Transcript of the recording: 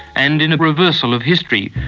and in a reversal of history,